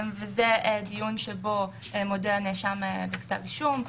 זה דיון שבו מודה הנאשם בכתב אישום,